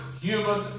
human